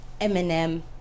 Eminem